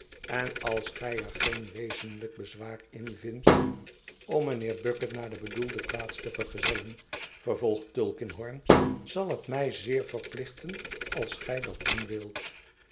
en als gij er geen wezenlijk bezwaar in vindt om mijnhet is mhnheeb btjcket maar heer bucket naar de bedoelde plaats te vergezellen vervolgt tulkinghorn zal het mij zeer verplichten als gij dat doen wilt